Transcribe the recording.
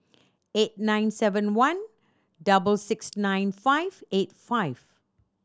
eight nine seven one double six nine five eight five